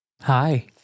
Hi